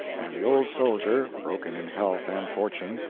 and the old soldier, broken in health and fortune,